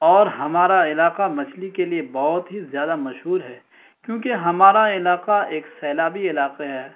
اور ہمارا علاقہ مچھلی کے لیے بہت ہی زیادہ مشہور ہے کیونکہ ہمارا علاقہ ایک سیلابی علاقہ ہے